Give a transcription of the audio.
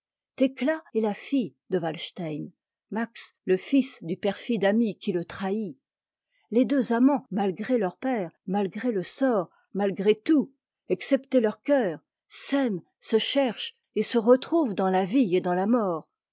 est la fille de walstein max le fils du persde ami qui le trahit les deux amants malgré leurs pères malgré le sort malgré tout excepté leurs cœurs s'aiment se cherchent et se retrouvent dans la vie et dans la mort